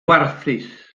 warthus